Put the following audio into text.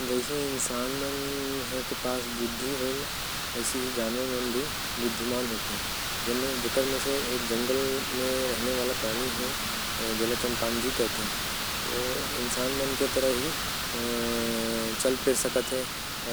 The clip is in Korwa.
जंगल के सब्बो होशियार जानवर चिंपांजी होवे। ओ हर इंसाने जैसा चलेल फिरेल। समुद्री जानवर म सब्बो होशियार जानवर। डॉलफिन अउ व्हेल होथे। एकर अलावा हाथी। चूहा अउ कौआ मन